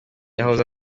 yahoze